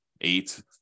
eight